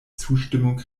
zustimmung